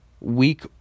Weak